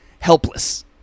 helpless